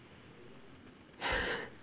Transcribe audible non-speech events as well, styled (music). (laughs)